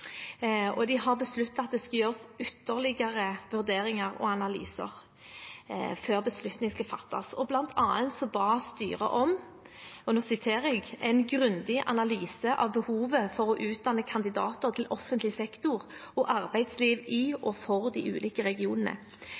og at det skal gjøres ytterligere vurderinger og analyser før beslutningen fattes. Blant annet ba styret om «en grundig analyse av behovet for å utdanne kandidater til offentlig sektor og arbeidsliv i og for de ulike regionene.